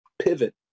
pivot